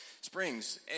Springs